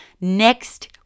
next